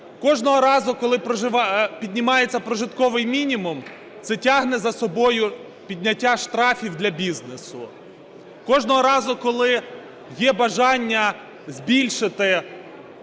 Кожного разу, коли піднімається прожитковий мінімум, це тягне за собою підняття штрафів для бізнесу. Кожного разу, коли є бажання збільшити